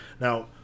Now